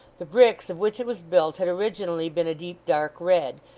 the bricks of which it was built had originally been a deep dark red,